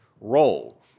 role